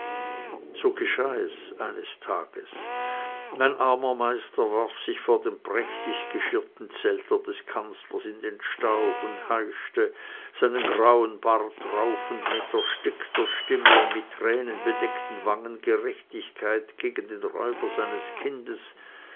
so geschah es eines tages mein armer meister warf sich vor dem prächtig geschirrten zelter des kanzlers in den staub und heischte seinen grauen bart raufend mit erstickter stimme und mit tränenbedeckten wangen gerechtigkeit gegen den räuber seines kindes